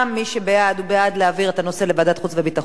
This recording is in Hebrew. מי שבעד הוא בעד להעביר את הנושא לוועדת חוץ וביטחון,